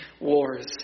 wars